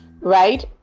right